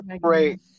great